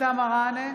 אבתיסאם מראענה,